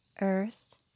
earth